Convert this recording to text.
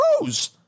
rose